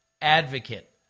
advocate